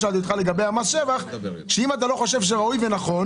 לגבי מס שבח, האם אתה לא חושב שראוי ונכון